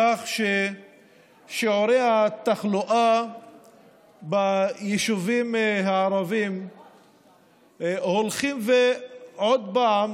מכך ששיעורי התחלואה ביישובים הערביים הולכים ועוד פעם